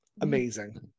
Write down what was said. amazing